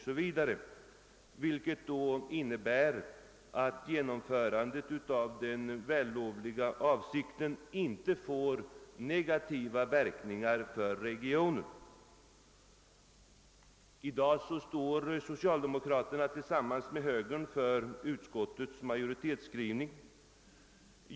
Ett sådant hänsynstagande innebär att genomförandet av den vällovliga avsikten inte får negativa verkningar för regionen. I dag står socialdemokraterna tillsammans med högern för utskottsmajoritetens skrivning.